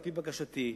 על-פי בקשתי,